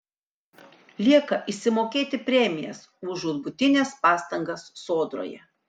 lieka išsimokėti premijas už žūtbūtines pastangas sodroje